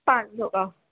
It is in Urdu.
پانچ سو کا